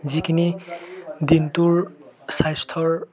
যিখিনি দিনটোৰ স্বাস্থ্যৰ